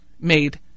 made